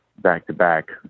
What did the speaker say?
back-to-back